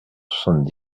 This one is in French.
soixante